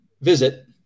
visit